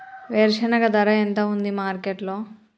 వేరుశెనగ ధర ఎంత ఉంది మార్కెట్ లో?